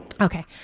Okay